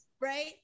right